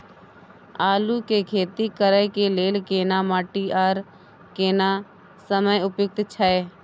आलू के खेती करय के लेल केना माटी आर केना समय उपयुक्त छैय?